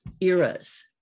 eras